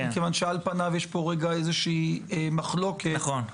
מכיוון שעל פניו יש פה איזושהי מחלוקת --- נכון.